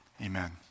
Amen